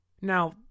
Now